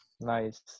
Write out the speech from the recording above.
Nice